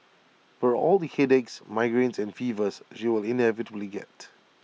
for all the headaches migraines and fevers she will inevitably get